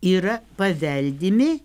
yra paveldimi